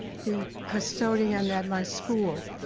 the custodian at my school.